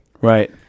Right